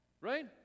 Right